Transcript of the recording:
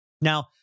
Now